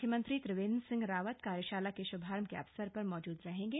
मुख्यमंत्री त्रिवेन्द्र सिंह रावत कार्यशाला के शुभारंभ के अवसर पर मौजूद रहेंगे